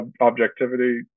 objectivity